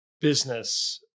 business